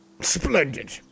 Splendid